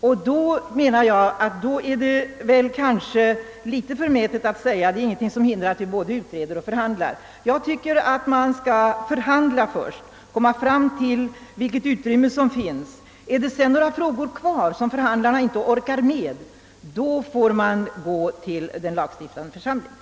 Under sådana förhållanden är det väl ändå litet förmätet att säga, att ingenting hindrar att vi både utreder och förhandlar. Jag tycker att man först bör förhandla och se vilka möjligheter det finns att lösa frågan på den vägen. Om förhandlarna inte lyckas klara allt detta, då får man gå till den lagstiftande församlingen.